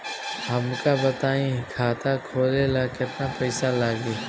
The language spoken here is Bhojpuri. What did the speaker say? हमका बताई खाता खोले ला केतना पईसा लागी?